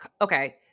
okay